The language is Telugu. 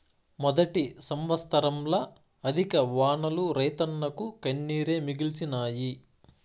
మొదటి సంవత్సరంల అధిక వానలు రైతన్నకు కన్నీరే మిగిల్చినాయి